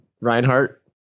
Reinhardt